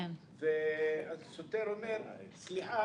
אז השוטר אומר: סליחה,